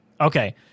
Okay